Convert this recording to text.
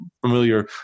familiar